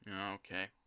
Okay